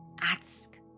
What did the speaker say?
Ask